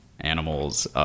animals